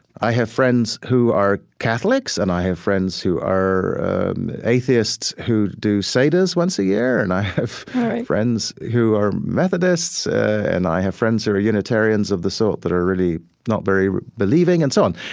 i have friends who are catholics and i have friends who are atheists who do seders once a year and i have friends who are methodist and i have friends who are are unitarians of the sort that are really not very believing and so on.